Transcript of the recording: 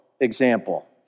example